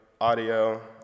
audio